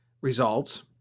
results